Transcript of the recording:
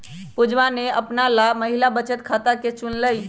पुजवा ने अपना ला महिला बचत खाता के चुन लय